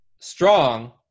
strong